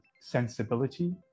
sensibility